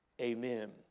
amen